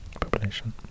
population